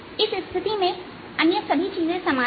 इस स्थिति में अन्य सभी चीजें समान हैं